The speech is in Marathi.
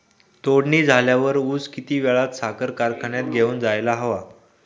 तोडणी झाल्यावर ऊस किती वेळात साखर कारखान्यात घेऊन जायला हवा?